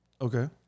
Okay